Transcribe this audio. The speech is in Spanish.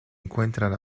encuentran